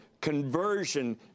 conversion